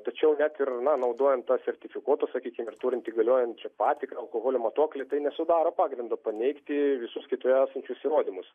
tačiau net ir na naudojant tą sertifikuotą sakykim ir turint jį galiojančią patikrą alkoholio matuoklį tai nesudaro pagrindo paneigti visus kitus esančius įrodymus